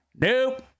Nope